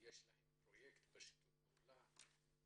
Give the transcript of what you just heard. יש לכם פרויקטים בשיתוף פעולה?